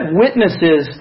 witnesses